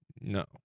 no